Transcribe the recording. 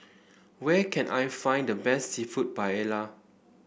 where can I find the best seafood Paella